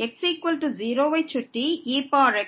x0 ஐ சுற்றி ex